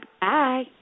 Bye